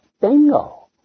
Bingo